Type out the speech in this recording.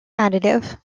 additive